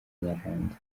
nyarwanda